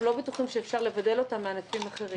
לא בטוחים שאפשר לבדל אותם מענפים אחרים.